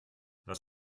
was